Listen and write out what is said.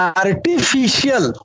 artificial